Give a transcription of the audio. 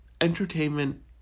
entertainment